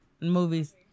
movies